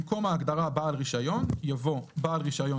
במקום ההגדרה "בעל רישיון" יבוא: "בעל רישיון